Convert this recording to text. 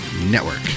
network